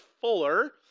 fuller